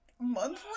monthly